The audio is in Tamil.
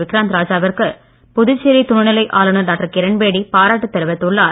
விக்ராந்த் ராஜாவிற்கு புதுச்சேரி துணை நிலை ஆளுநர் டாக்டர் கிரண் பேடி பாராட்டு தெரிவித்துள்ளார்